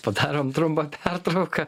padarom trumpą pertrauką